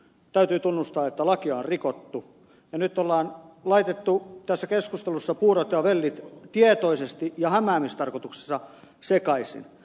täytyy tunnustaa että lakia on rikottu ja nyt ollaan laitettu tässä keskustelussa puurot ja vellit tietoisesti ja hämäämistarkoituksessa sekaisin